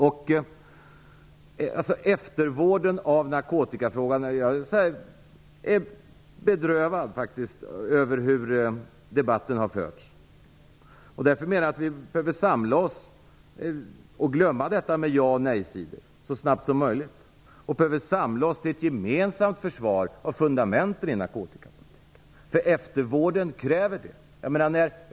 Det har talats om eftervård. Jag vill säga att jag är bedrövad över hur debatten har förts. Därför menar jag att vi behöver samla oss och glömma detta med jaoch nejsidor så snabbt som möjligt. Vi behöver samla oss till ett gemensamt försvar av fundamenten i narkotikapolitiken. Eftervården kräver det.